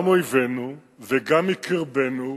גם אויבינו וגם מקרבנו,